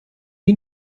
ihn